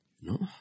No